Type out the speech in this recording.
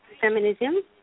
feminism